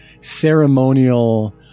ceremonial